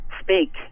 speak